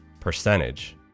percentage